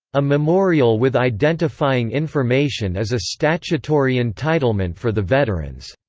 a memorial with identifying information is a statutory entitlement for the veterans.